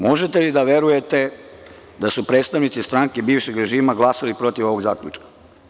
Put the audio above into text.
Možete li da verujete da su predstavnici stranke bivšeg režima glasali protiv ovog zaključka?